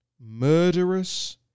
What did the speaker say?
murderous